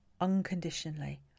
unconditionally